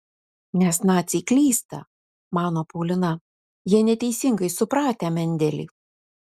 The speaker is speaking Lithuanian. nes naciai klysta mano paulina jie neteisingai supratę mendelį